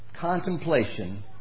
contemplation